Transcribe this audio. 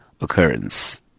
occurrence